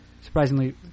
surprisingly